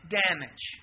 damage